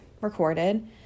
recorded